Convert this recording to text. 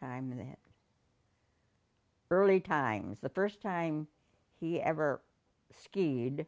time that early times the first time he ever skied